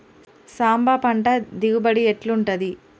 సాంబ పంట దిగుబడి ఎట్లుంటది?